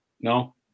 No